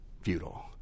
futile